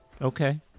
Okay